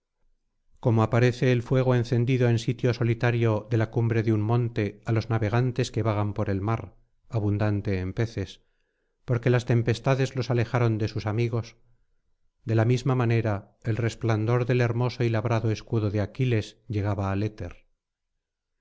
como aparece el fuego encendido en sitio solitario de la cumbre de un monte á los navegantes que vagan por el mar abundante en peces porque las tempestades los alejaron de sus amigos de la misma manera el resplandor del hermoso y labrado escudo de aquiles llegaba al éter